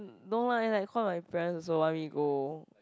no lah and I reckon my parents also want me go